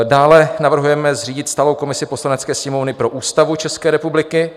Dále navrhujeme zřídit stálou komisi Poslanecké sněmovny pro Ústavu České republiky.